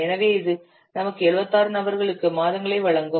எனவே இது நமக்கு 76 நபர்களுக்கு மாதங்களை வழங்கும்